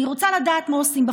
אני רוצה לדעת מה עושים בפועל.